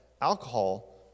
alcohol